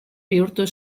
bihurtu